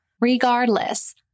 regardless